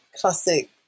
classic